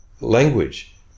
language